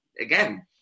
again